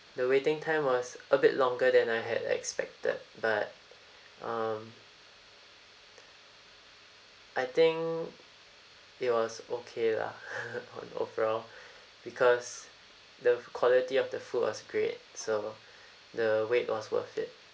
the waiting time was a bit longer than I had expected but um I think it was okay lah on overall because the quality of the food was great so the wait was worth it